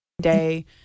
day